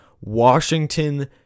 Washington